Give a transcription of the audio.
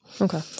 Okay